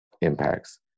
impacts